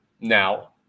Now